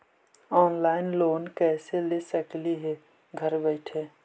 Online loan कैसे ले सकली हे घर बैठे?